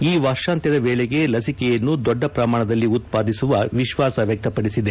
ಈ ವರ್ಷಾಂತ್ಯದ ವೇಳೆಗೆ ಲಸಿಕೆಯನ್ನು ದೊಡ್ಡ ಪ್ರಮಾಣದಲ್ಲಿ ಉತ್ಪಾದಿಸುವ ವಿಶ್ವಾಸ ವ್ಯಕ್ತಪಡಿಸಿದೆ